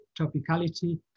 topicality